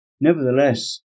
Nevertheless